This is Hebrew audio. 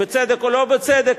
בצדק או שלא בצדק,